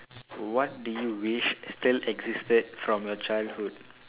what do you wish still existed from your childhood